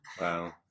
Wow